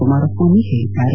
ಕುಮಾರಸ್ವಾಮಿ ಹೇಳಿದ್ದಾರೆ